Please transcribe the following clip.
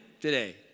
today